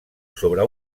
sobre